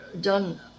done